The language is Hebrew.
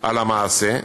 על המעשה,